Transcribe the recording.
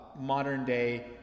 modern-day